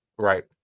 Right